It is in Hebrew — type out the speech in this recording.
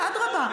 לא סותר, אדרבה.